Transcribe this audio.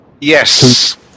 Yes